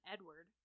Edward